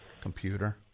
computer